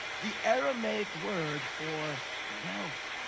the aramaic word for wealth,